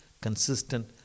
consistent